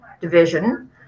division